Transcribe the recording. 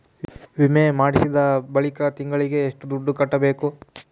ವಿಮೆ ಮಾಡಿಸಿದ ಬಳಿಕ ತಿಂಗಳಿಗೆ ಎಷ್ಟು ದುಡ್ಡು ಕಟ್ಟಬೇಕು?